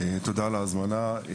תודה על ההזמנה.